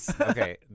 Okay